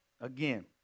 Again